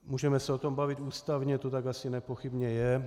Můžeme se o tom bavit, ústavně to tak asi nepochybně je.